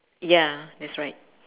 ya that's right